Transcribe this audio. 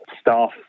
staff